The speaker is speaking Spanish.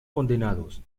condenados